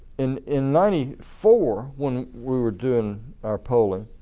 in in ninety four when we were doing our polling,